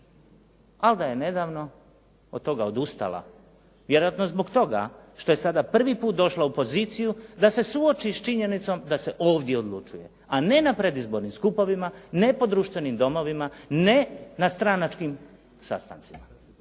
ali da je nedavno od toga odustala vjerojatno zbog toga što je sada prvi put došla u poziciju da se suoči s činjenicom da se ovdje odlučuje a ne na predizbornim skupovima, ne po društvenim domovima, ne na stranačkim sastancima.